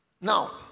Now